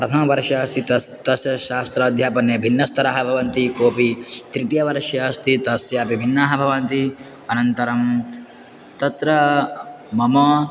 प्रथमवर्षे अस्ति तस्य तस्य शास्त्राध्यापने भिन्नस्तरः भवन्ति कोऽपि तृतीयवर्षे अस्ति तस्यापि भिन्नाः भवन्ति अनन्तरं तत्र मम